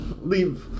leave